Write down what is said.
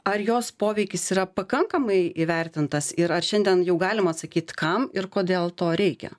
ar jos poveikis yra pakankamai įvertintas ir ar šiandien jau galim atsakyt kam ir kodėl to reikia